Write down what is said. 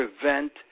prevent